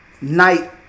night